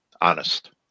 Honest